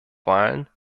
wahlen